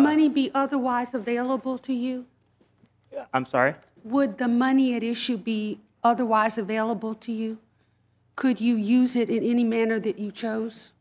money be otherwise available to you i'm sorry would the money at issue be otherwise available to you could you use it in any manner that you chose